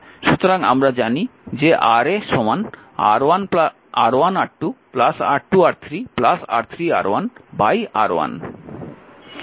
সুতরাং আমরা জানি যে Ra R1R2 R2R3 R3R1 R1